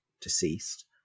deceased